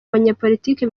abanyapolitiki